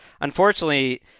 unfortunately